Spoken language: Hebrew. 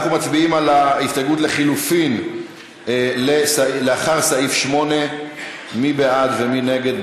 אנחנו מצביעים על ההסתייגות לחלופין לאחרי סעיף 8. מי בעד ומי נגד?